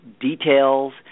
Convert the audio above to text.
details